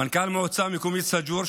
מנכ"ל המועצה המקומית סאג'ור,